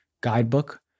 guidebook